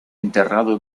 enterrado